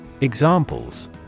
Examples